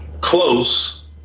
Close